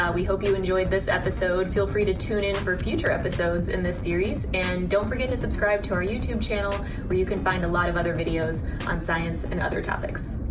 we hope you enjoyed this episode. feel free to tune in for future episodes in this series, and don't forget to subscribe to our youtube channel where you can find a lot of other videos on science and other topics.